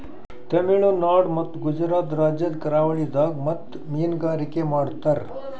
ತಮಿಳುನಾಡ್ ಮತ್ತ್ ಗುಜರಾತ್ ರಾಜ್ಯದ್ ಕರಾವಳಿದಾಗ್ ಮುತ್ತ್ ಮೀನ್ಗಾರಿಕೆ ಮಾಡ್ತರ್